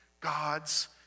God's